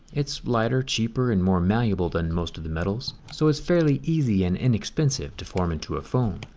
it's lighter, cheaper and more malleable than most of the metals so it's fairly easy and inexpensive to form into a phone.